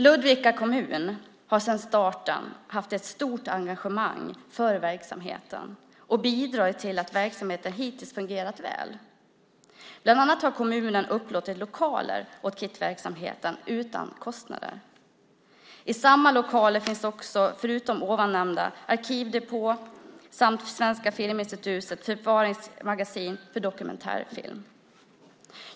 Ludvika kommun har sedan starten haft ett stort engagemang för verksamheten och bidragit till att verksamheten hittills fungerat väl. Bland annat har kommunen upplåtit lokaler åt KIT-verksamheten utan kostnader. I samma lokaler finns, förutom arkivdepån, Svenska Filminstitutets förvaringsmagasin för dokumentärfilm.